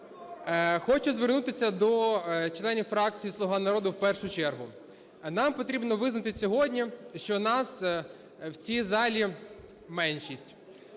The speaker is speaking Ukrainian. Хочу звернутися до членів фракції "Слуга народу" в першу чергу. Нам потрібно визнати сьогодні, що нас в цій залі меншість.